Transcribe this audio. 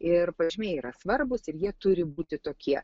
ir pažymiai yra svarbūs ir jie turi būti tokie